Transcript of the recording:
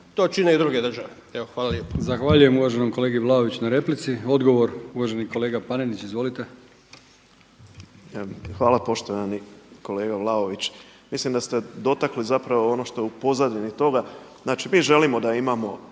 To čine i druge države. Evo hvala lijepo.